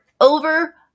over